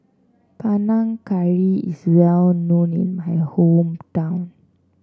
Panang Curry is well known in my hometown